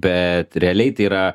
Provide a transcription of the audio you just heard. bet realiai tai yra